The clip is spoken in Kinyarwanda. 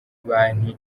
banki